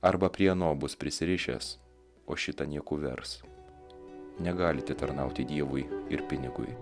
arba prie ano bus prisirišęs o šitą nieku vers negalite tarnauti dievui ir pinigui